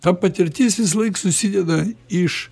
ta patirtis visąlaik susideda iš